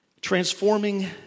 Transforming